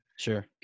Sure